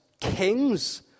kings